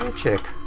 check.